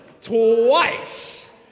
twice